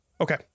Okay